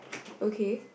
okay